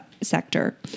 sector